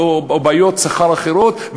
או בעיות שכר אחרות,